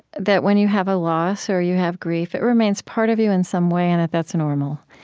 that when you have a loss or you have grief, it remains part of you in some way, and that that's normal.